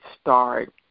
start